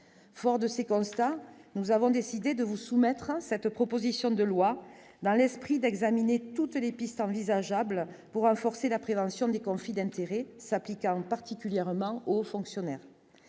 fort de ces constats, nous avons décidé de vous soumettre à cette proposition de loi dans l'esprit d'examiner toutes les pistes envisageables pour renforcer la prévention des conflits d'intérêts s'appliqua particulièrement aux fonctionnaires,